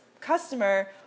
customer